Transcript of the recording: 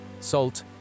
Salt